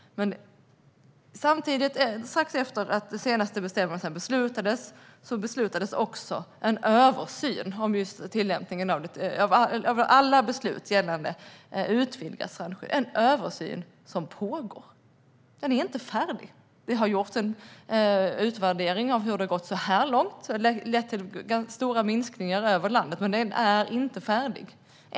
Strax efter att den senaste bestämmelsen beslutades fattades det också beslut om en översyn av just tillämpningen av alla beslut gällande utvidgat strandskydd. Det är en översyn som pågår och alltså inte är färdig. Det har gjorts en utvärdering av hur det har gått så här långt, och det har lett till ganska stora minskningar över landet. Men översynen är inte färdig.